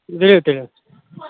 بِہِو تُلِو